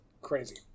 Crazy